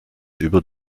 über